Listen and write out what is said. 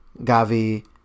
Gavi